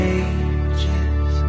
ages